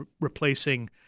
replacing